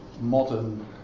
modern